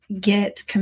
get